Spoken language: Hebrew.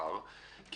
אני